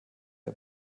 der